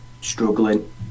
struggling